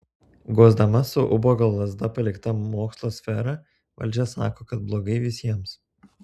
guosdama su ubago lazda paliktą mokslo sferą valdžia sako kad blogai visiems